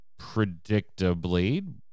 predictably